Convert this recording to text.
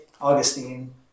Augustine